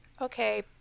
Okay